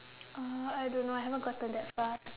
uh I don't know I haven't gotten that far